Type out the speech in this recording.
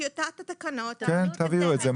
טיוטת התקנות --- כן, תביאו את זה.